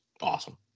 awesome